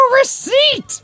receipt